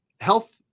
health